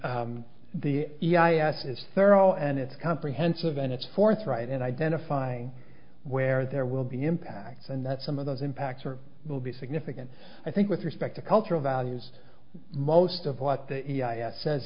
and the e i a s is thorough and it's comprehensive and it's forthright and identifying where there will be impacts and that some of those impacts are will be significant i think with respect to cultural values most of what that says